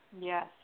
Yes